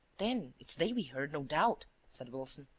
then it's they we heard, no doubt, said wilson.